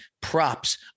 Props